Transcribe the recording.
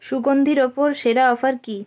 সুগন্ধির ওপর সেরা অফার কী